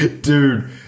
dude